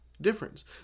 Difference